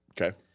Okay